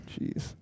jeez